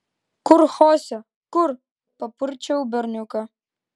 kur chose kur papurčiau berniuką